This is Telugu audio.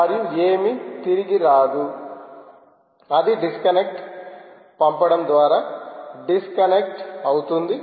మరియు ఏమీ తిరిగి రాదు అది డిస్కనెక్ట్ పంపడం ద్వారా డిస్కనెక్ట్ అవుతుంది